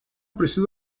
preciso